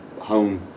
home